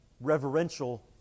reverential